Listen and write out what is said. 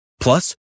Plus